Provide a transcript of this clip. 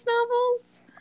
novels